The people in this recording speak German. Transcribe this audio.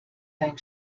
dein